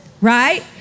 Right